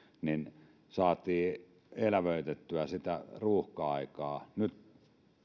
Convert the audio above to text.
niin saatiin elävöitettyä sitä ruuhka aikaa ja nyt